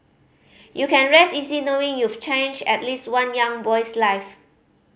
you can rest easy knowing you've changed at least one young boy's life